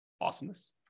Awesomeness